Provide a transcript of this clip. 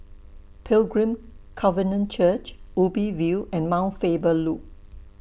Pilgrim Covenant Church Ubi View and Mount Faber Loop